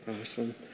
awesome